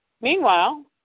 Meanwhile